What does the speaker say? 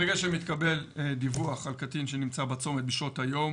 ברגע שמתקבל דיווח על קטין שנמצא בצומת בשעות היום,